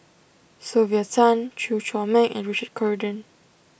Sylvia Tan Chew Chor Meng and Richard Corridon